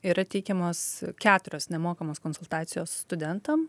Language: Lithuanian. yra teikiamos keturios nemokamos konsultacijos studentam